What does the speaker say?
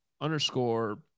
underscore